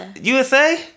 USA